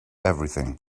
everything